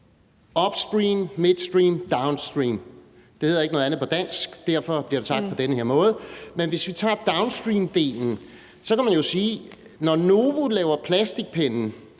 upstream, midstream, downstream, det hedder ikke noget andet på dansk, og derfor bliver det sagt på den her måde. Men hvis vi tager downstream-delen, kan man jo sige, at når Novo Nordisk laver plastikpenne,